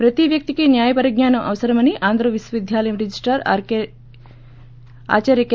ప్రతీ వ్యక్తికీ న్యాయ పరిజ్ఞానం అవసరమని ఆంధ్రవిశ్వవిద్యాలయంల రిజిస్రార్ ఆదార్య కె